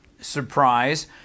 surprise